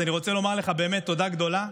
אז אני רוצה לומר לך באמת תודה גדולה,